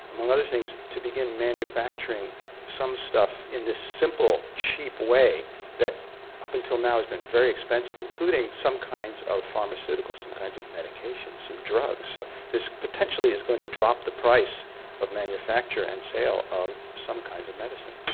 among other things, to begin manufacturing some stuff in this simple cheap way that up until now has been very expensive, including some kinds of pharmaceuticals, some kinds of medications, some drugs. so this potentially is going to drop the price of manufacture and sale of some kinds of medicine.